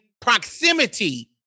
proximity